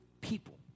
people